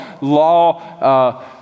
law